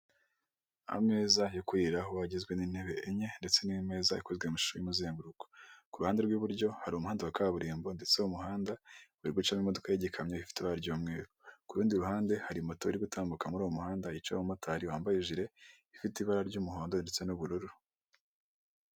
Ameza yo kuriraho agizwe n'intebe enye ndetse n'imeza ikozwe mu ishusho y'umuzenguruko, ku ruhande rw'iburyo hari umuhanda wa kaburimbo ndetse uwo umuhanda uri gucamo imodoka y'ikamyo ifite ibara ry'umweru, kurundi ruhande hari moto iri gutambuka muri uwo muhanda yicayeho umumotari wambaye ijire ifite ibara ry'umuhondo ndetse n'ubururu.